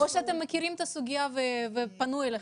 או שאולי אתם מכירים את זה ופנו אליכם?